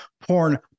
porn